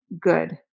good